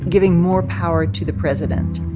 giving more power to the president.